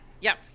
yes